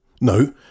No